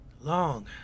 Long